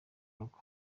rugo